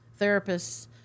therapists